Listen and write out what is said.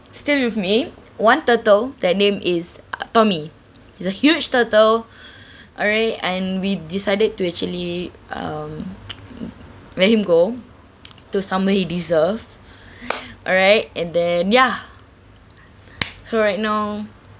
still with me one turtle that name is uh tommy it's a huge turtle alright and we decided to actually um let him go to somebody he deserve alright and then ya so right now